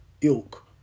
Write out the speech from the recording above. ilk